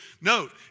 note